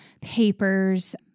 papers